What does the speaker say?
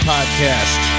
Podcast